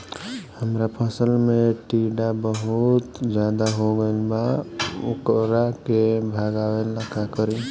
हमरा फसल में टिड्डा बहुत ज्यादा हो गइल बा वोकरा के भागावेला का करी?